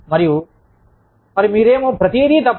మరియు మరి మీరేమో ప్రతిదీ తప్పు